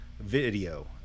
video